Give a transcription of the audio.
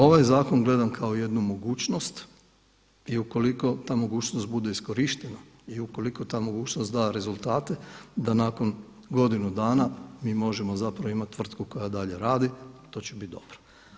Ovaj zakon gledam kao jednu mogućnost i ukoliko ta mogućnost bude iskorištena i ukoliko ta mogućnost da rezultate da nakon godine dana mi možemo zapravo imati tvrtku koja dalje radi to će biti dobro.